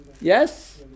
Yes